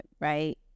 right